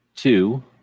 two